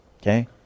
okay